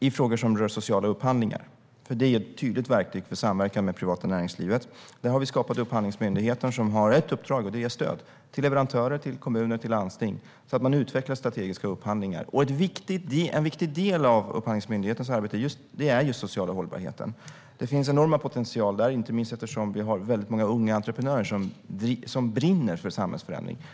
i frågor som rör sociala upphandlingar, för det är ett tydligt verktyg för samverkan med det privata näringslivet. Vi har skapat en upphandlingsmyndighet som har ett uppdrag: att ge stöd till leverantörer, kommuner och landsting så att strategiska upphandlingar utvecklas. En viktig del av Upphandlingsmyndighetens arbete är just den sociala hållbarheten. Där finns en enorm potential, inte minst eftersom vi har många unga entreprenörer som brinner för samhällsförändring.